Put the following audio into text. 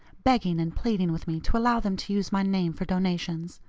begging and pleading with me to allow them to use my name for donations.